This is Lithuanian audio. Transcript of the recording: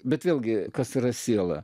bet vėlgi kas yra siela